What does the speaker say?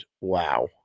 Wow